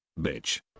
Bitch